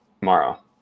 tomorrow